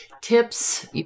tips